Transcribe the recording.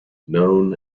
known